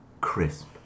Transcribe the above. Crisp